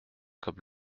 comme